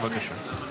בבקשה.